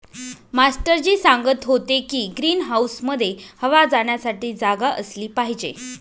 master ji सांगत होते की ग्रीन हाऊसमध्ये हवा जाण्यासाठी जागा असली पाहिजे